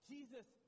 Jesus